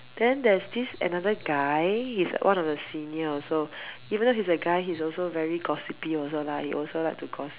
then there's this another guy he's like one of senior also even though he's a guy he's also very gossipy also lah he also like to gossip